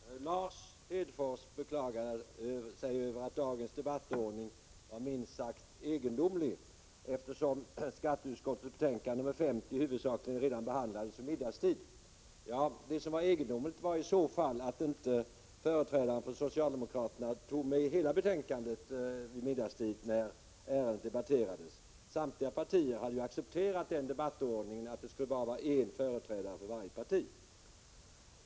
Herr talman! Lars Hedfors beklagade sig över att dagens debattordning var minst sagt egendomlig eftersom skatteutskottets betänkande 50 huvudsakligen redan behandlades vid middagstid. Det som är egendomligt är i så fall att inte företrädare för socialdemokraterna tog med hela betänkandet vid middagstid när ärendet debatterades. Samtliga partier hade ju accepterat debattordningen att det skulle vara bara en företrädare för varje parti.